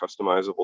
customizable